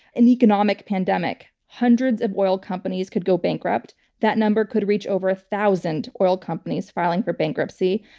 an economic pandemic. hundreds of oil companies could go bankrupt. that number could reach over a thousand oil companies filing for bankruptcy.